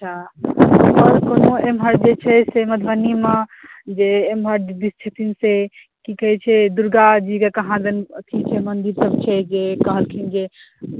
तऽ आओर कोनो एम्हर जे छै मधुबनीमे जे एम्हर जे छथिन से की कहै छै दुर्गाजीके कहाँदन अथीके मन्दिर सब छै जे कहलखिन जे